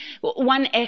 one